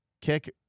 Kick